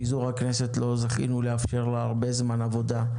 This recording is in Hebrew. פיזור הכנסת לא זכינו לאפשר לה הרבה זמן עבודה.